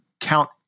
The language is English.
count